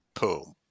boom